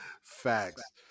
Facts